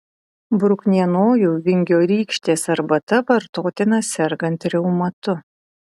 bruknienojų vingiorykštės arbata vartotina sergant reumatu